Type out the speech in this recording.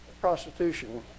prostitution